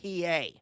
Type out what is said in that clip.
PA